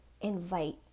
invite